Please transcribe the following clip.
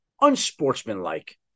unsportsmanlike